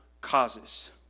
causes